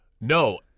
No